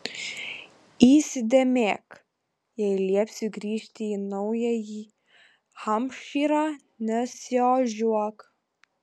įsidėmėk jei liepsiu grįžti į naująjį hampšyrą nesiožiuok